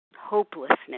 hopelessness